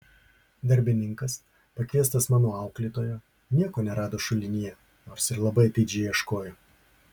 darbininkas pakviestas mano auklėtojo nieko nerado šulinyje nors ir labai atidžiai ieškojo